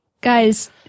guys